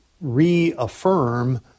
reaffirm